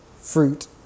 fruit